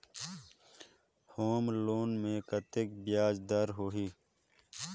Home loan मे कतेक ब्याज दर होही?